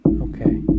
Okay